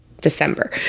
december